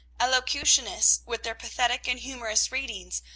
elocutionists, with their pathetic and humorous readings,